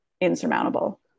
insurmountable